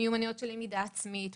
מיומנויות של למידה עצמית,